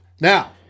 Now